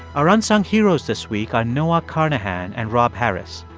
our unsung heroes this week are noah carnahan and rob harris.